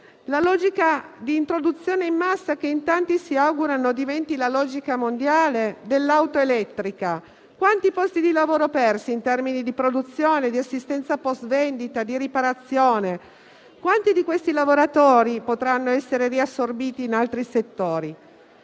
La logica di introduzione in massa dell'auto elettrica, che in tanti si augurano diventi la logica mondiale, quanti posti di lavoro farà perdere in termini di produzione, di assistenza post vendita, di riparazione? Quanti di questi lavoratori potranno essere riassorbiti in altri settori?